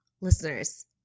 listeners